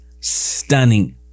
stunning